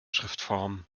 schriftform